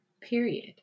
period